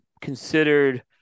considered